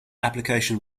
application